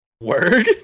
Word